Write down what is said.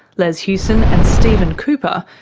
les huson and steven cooper,